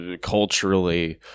culturally